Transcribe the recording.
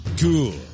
Cool